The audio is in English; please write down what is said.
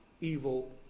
evil